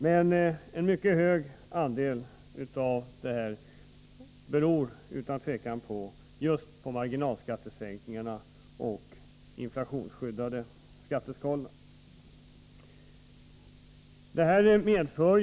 Men en mycket stor andel av det här beror utan tvivel just på marginalskattesänkningarna och de inflationsskyddade skatteskalorna.